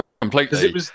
Completely